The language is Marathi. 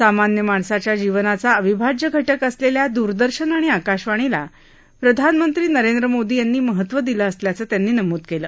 सामान्य माणसाच्या जीवनाचा अविभाज्य घटक असलेल्या द्रदर्शन आणि आकाशवाणीला प्रधानमंत्री नरेंद्र मोदी यांनी महत्त्व दिलं असल्याचं त्यांनी नमूद केलं